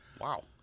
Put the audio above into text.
Wow